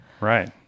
Right